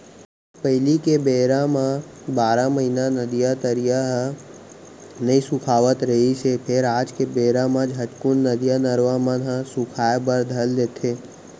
पहिली के बेरा म बारह महिना नदिया, तरिया ह नइ सुखावत रिहिस हे फेर आज के बेरा म झटकून नदिया, नरूवा मन ह सुखाय बर धर लेथे